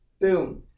Boom